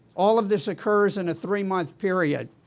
all of this occurs in a three-month period.